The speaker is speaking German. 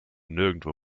nirgendwo